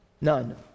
None